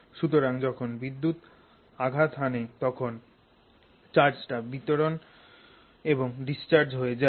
সুতরাং যখন বিদ্যুৎ আঘাত হানে তখন চার্জটি বিতরণ এবং ডিসচার্জ হয়ে যায়